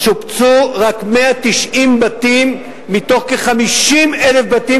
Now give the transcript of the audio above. שופצו רק 190 בתים מכ-50,000 בתים